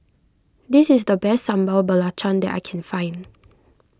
this is the best Sambal Belacan that I can find